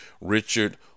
Richard